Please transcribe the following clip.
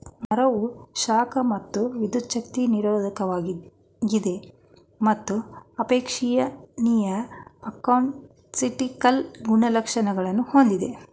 ಮರವು ಶಾಖ ಮತ್ತು ವಿದ್ಯುಚ್ಛಕ್ತಿಗೆ ನಿರೋಧಕವಾಗಿದೆ ಮತ್ತು ಅಪೇಕ್ಷಣೀಯ ಅಕೌಸ್ಟಿಕಲ್ ಗುಣಲಕ್ಷಣಗಳನ್ನು ಹೊಂದಿದೆ